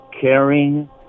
caring